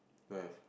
don't have